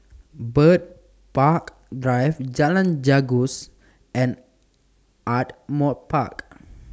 Bird Park Drive Jalan Janggus and Ardmore Park